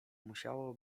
musiało